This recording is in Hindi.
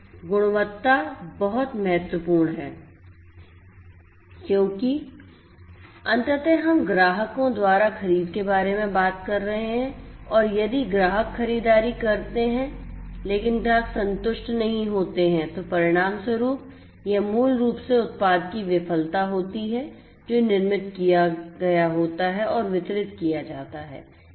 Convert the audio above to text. इसलिए यह गुणवत्ता महत्वपूर्ण है क्योंकि अंततः हम ग्राहकों द्वारा खरीद के बारे में बात कर रहे हैं और यदि ग्राहक खरीदारी करते हैं लेकिन ग्राहक संतुष्ट नहीं होते हैं तो परिणामस्वरूप यह मूल रूप से उत्पाद की विफलता होती है जो निर्मित किया होता है और वितरित किया जाता है